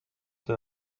the